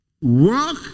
Work